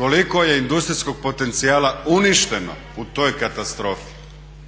Koliko je industrijskog potencijala uništeno u toj katastrofi,